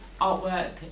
artwork